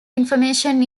information